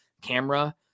camera